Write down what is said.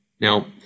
Now